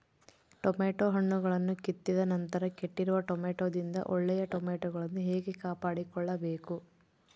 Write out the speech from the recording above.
Tomato ಹಣ್ಣುಗಳನ್ನು ಕಿತ್ತಿದ ನಂತರ ಕೆಟ್ಟಿರುವ ಟೊಮೆಟೊದಿಂದ ಒಳ್ಳೆಯ ಟೊಮೆಟೊಗಳನ್ನು ಹೇಗೆ ಕಾಪಾಡಿಕೊಳ್ಳಬೇಕು?